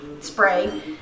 spray